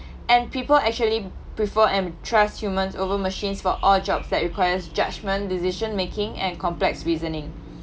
and people actually prefer and trust humans over machines for all jobs that requires judgment decision making and complex reasoning